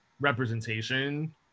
representation